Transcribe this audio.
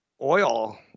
Oil